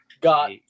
got